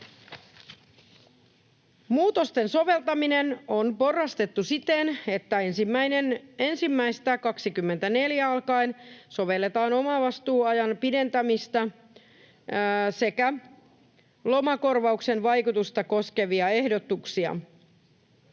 Muutosten soveltaminen on porrastettu siten, että 1.1.24 alkaen sovelletaan omavastuuajan pidentämistä sekä lomakorvauksen vaikutusta koskevia ehdotuksia.